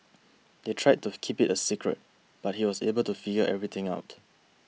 they tried to keep it a secret but he was able to figure everything out